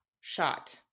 shot